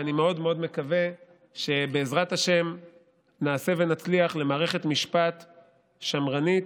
ואני מאוד מאוד מקווה שבעזרת השם נעשה ונצליח למערכת משפט שמרנית,